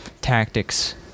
tactics